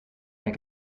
mehr